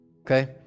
Okay